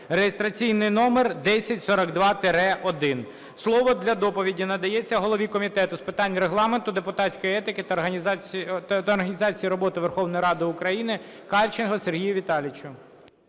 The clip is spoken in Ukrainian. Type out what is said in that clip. (реєстраційний номер 1042-1). Слово для доповіді надається голові Комітету з питань Регламенту, депутатської етики та організації роботи Верховної Ради України Кальченку Сергію Віталійовичу.